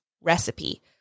recipe